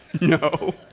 No